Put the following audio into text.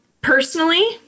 Personally